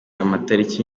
amatariki